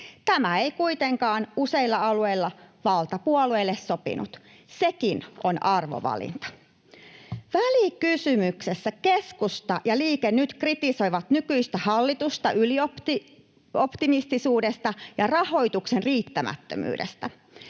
Tämä ei kuitenkaan useilla alueella valtapuolueille sopinut. Sekin on arvovalinta. Välikysymyksessä keskusta ja Liike Nyt kritisoivat nykyistä hallitusta ylioptimistisuudesta ja rahoituksen riittämättömyydestä.